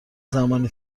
زمانی